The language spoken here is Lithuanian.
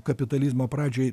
kapitalizmo pradžioj